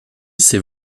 ces